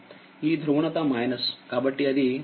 ఈ ధ్రువణత కాబట్టిఅది కిందికి ఉంటుంది